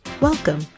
Welcome